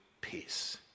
peace